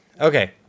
Okay